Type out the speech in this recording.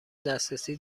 دسترسی